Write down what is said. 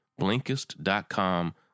Blinkist.com